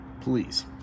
Please